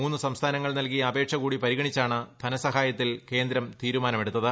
മൂന്നു സംസ്ഥാനങ്ങൾ നല്കിയ അപേക്ഷ കൂടി പരിഗണിച്ചാണ് ധനസഹായത്തിൽ കേന്ദ്രം തീരുമാനമെടുത്തത്